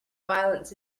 violence